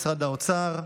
משרד האוצר,